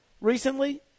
recently